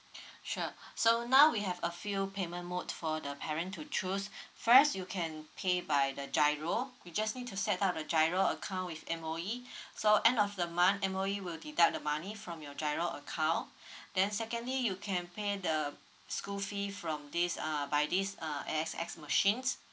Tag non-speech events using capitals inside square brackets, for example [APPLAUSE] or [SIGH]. [BREATH] sure [BREATH] so now we have a few payment mode for the parent to choose [BREATH] first you can pay by the giro you just need to set up the giro account with M_O_E [BREATH] so end of the month M_O_E will deduct the money from your giro account [BREATH] then secondly you can pay the school fee from this err by this uh A_X_S machines